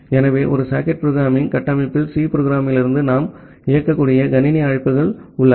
ஆகவே ஒரு socket programming கட்டமைப்பில் சி புரோக்ராம்மிங்லிருந்து நாம் இயக்கக்கூடிய கணினி அழைப்புகள் உள்ளன